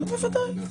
ודאי.